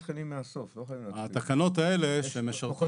התקנות האלה שמשרתות